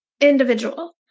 individual